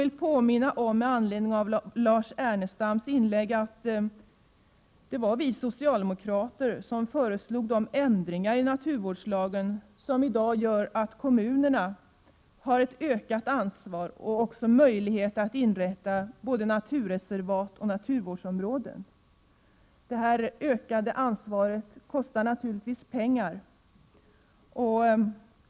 Miljöpolitiken inför Med anledning av Lars Ernestams inlägg vill jag påminna om att det var vi — 1999-talet socialdemokrater som föreslog de ändringar i naturvårdslagen som gör att kommunerna i dag har ett ökat ansvar och även möjlighet att inrätta både naturreservat och naturvårdsområden. Det ökade ansvaret kostar naturligtvis pengar.